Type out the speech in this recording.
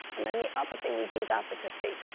and then the other thing we do is advocacy,